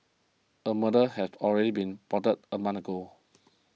a murder had already been plotted a month ago